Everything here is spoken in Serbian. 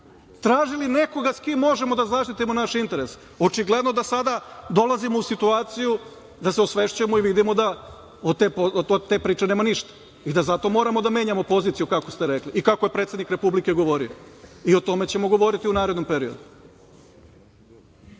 tražili nekoga sa kim možemo da zaštitimo naše interese. Očigledno da sada dolazimo u situaciju da se osvešćujemo i vidimo da od te priče nema ništa i da zato moramo da menjamo poziciju, kako ste rekli, i kako je predsednik Republike govorio i o tome ćemo govoriti u narednom periodu.